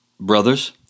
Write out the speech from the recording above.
Brothers